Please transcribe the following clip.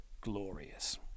glorious